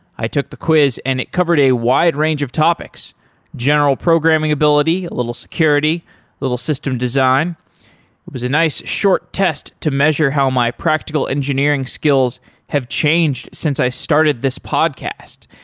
i took the quiz and it covered a wide range of topics general programming ability, a little security, a little system design. it was a nice short test to measure how my practical engineering skills have changed since i started this podcast.